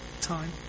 time